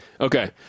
Okay